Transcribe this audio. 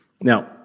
Now